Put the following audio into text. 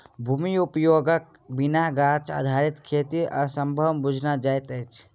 भूमि उपयोगक बिना गाछ आधारित खेती असंभव बुझना जाइत अछि